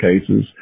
cases